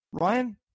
Ryan